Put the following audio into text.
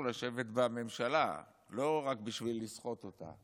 לשבת בממשלה לא רק בשביל לסחוט אותה,